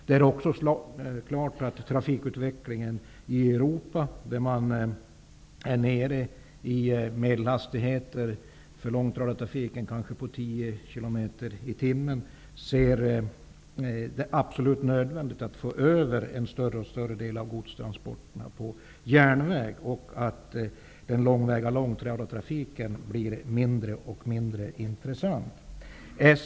Det står också klart att man i Europa, där man är nere i medelhastigheter för långtradartrafiken på kanske 10 kilometer i timmen, ser det som absolut nödvändigt att få över en allt större del av godstransporterna på järnväg. Långtradartrafiken på längre sträckor blir allt mindre intressant.